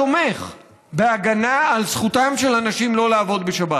תומך בהגנה על זכותם של אנשים לא לעבוד בשבת.